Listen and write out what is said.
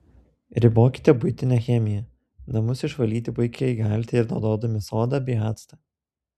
ribokite buitinę chemiją namus išvalyti puikiai galite ir naudodami sodą bei actą